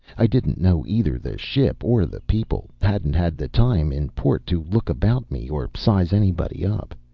i didn't know either the ship or the people. hadn't had the time in port to look about me or size anybody up.